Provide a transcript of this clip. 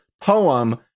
poem